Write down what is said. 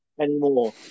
anymore